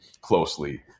closely